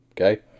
Okay